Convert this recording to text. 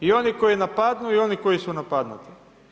I oni koji napadnu i oni koji su napadnuti.